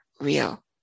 real